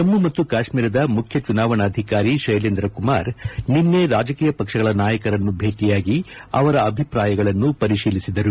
ಜಮ್ನು ಮತ್ತು ಕಾಶ್ಮೀರದ ಮುಖ್ಯ ಚುನಾವಣಾಧಿಕಾರಿ ಶ್ಯೆಲೇಂದ್ರ ಕುಮಾರ್ ನಿನ್ನೆ ರಾಜಕೀಯ ಪಕ್ಷಗಳ ನಾಯಕರನ್ನು ಭೇಟಿಯಾಗಿ ಅವರ ಅಭಿಪ್ರಾಯಗಳನ್ನು ಪರಿಶೀಲಿಸಿದರು